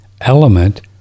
element